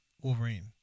Wolverine